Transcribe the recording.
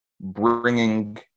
bringing